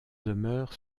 demeures